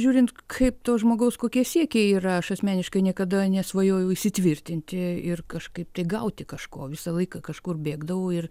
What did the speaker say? žiūrint kaip to žmogaus kokie siekiai yra aš asmeniškai niekada nesvajojau įsitvirtinti ir kažkaip tai gauti kažko visą laiką kažkur bėgdavau ir